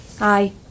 Aye